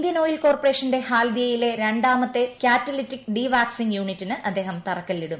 Indian Oil കോർപ്പറേഷന്റെ ഹാൽദിയയിലെ രണ്ടാമത്തെ കാറ്റലിറ്റിക് ഡീവാക് സിങ് യൂണിറ്റിന് അദ്ദേഹം തറക്കല്പിടും